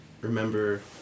remember